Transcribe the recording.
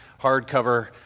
hardcover